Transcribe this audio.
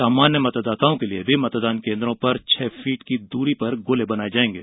सामान्य मतदाताओं के लिए भी मतदान केन्द्रों पर छह फुट की दूरी पर गोले बनाये जायेंगे